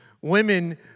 Women